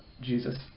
jesus